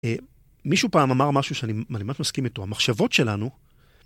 מישהו פעם אמר משהו שאני ממש מסכים איתו, המחשבות שלנו...